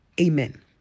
Amen